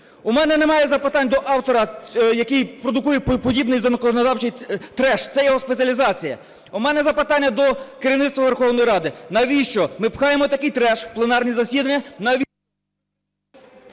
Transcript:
У мене немає запитань до автора, який продукує подібний законодавчий треш, це його спеціалізація. У мене запитання до керівництва Верховної Ради. Навіщо ми пхаємо такий треш в пленарні засідання,